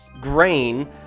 grain